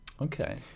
okay